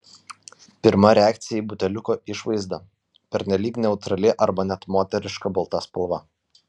pirma reakcija į buteliuko išvaizdą pernelyg neutrali arba net moteriška balta spalva